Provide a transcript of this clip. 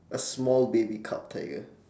a small baby cub tiger